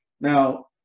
Now